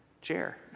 Chair